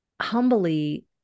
humbly